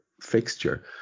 fixture